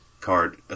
card